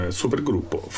supergruppo